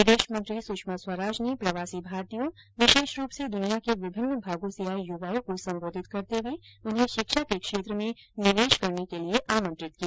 विदेश मंत्री सुषमा स्वराज ने प्रवासी भारतीयों विशेष रूप से दुनिया के विभिन्न भागों से आए युवाओं को संबोधित करते हुए उन्हें शिक्षा के क्षेत्र में निवेश करने के लिए आमंत्रित किया